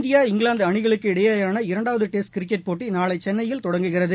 India England அணிகளுக்கு இடையேயான இரண்டாவது டெஸ்ட் கிரிக்கெட் போட்டி நாளை சென்னையில் தொடங்குகிறது